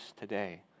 today